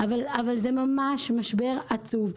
אבל זה ממש משבר עצוב.